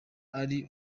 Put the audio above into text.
ari